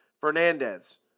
Fernandez